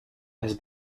has